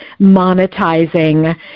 monetizing